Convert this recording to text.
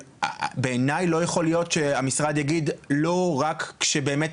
בעיניי לא יכול להיות שהמשרד יגיד לא רק כשבאמת